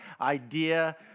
idea